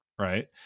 right